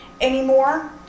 anymore